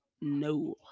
no